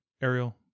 Ariel